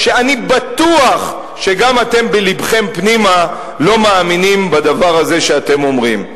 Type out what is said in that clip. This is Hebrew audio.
כשאני בטוח שגם אתם בלבכם פנימה לא מאמינים בדבר הזה שאתם אומרים.